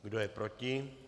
Kdo je proti?